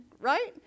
right